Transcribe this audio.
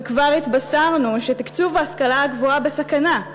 וכבר התבשרנו שתקצוב ההשכלה הגבוהה בסכנה,